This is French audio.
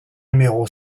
numéro